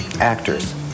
actors